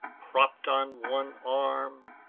propped on one arm,